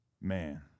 man